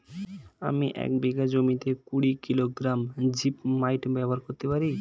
আমি এক বিঘা জমিতে কুড়ি কিলোগ্রাম জিপমাইট ব্যবহার করতে পারি?